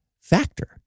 Factor